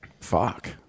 Fuck